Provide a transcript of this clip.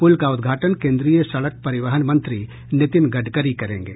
पुल का उद्घाटन केन्द्रीय सड़क परिवहन मंत्री नितिन गडकरी करेंगे